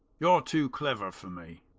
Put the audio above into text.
you're too clever for me.